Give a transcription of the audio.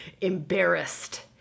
embarrassed